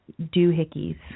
doohickeys